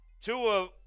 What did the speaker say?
Tua